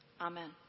Amen